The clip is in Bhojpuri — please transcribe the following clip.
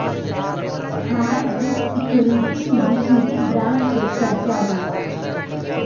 हाइब्रिड सिक्योरिटी में इक्विटी बांड के चर्चा होला